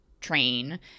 train